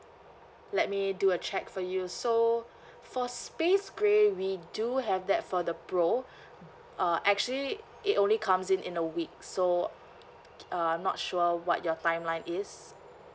let me do a check for you so for space grey we do have that for the pro uh actually it only comes in in a week so uh I'm not sure what your timeline is